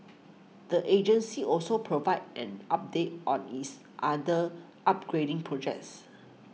the agency also provided an update on its other upgrading projects